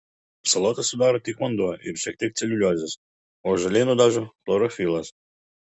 salotas sudaro tik vanduo ir šiek tiek celiuliozės o žaliai nudažo chlorofilas